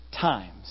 times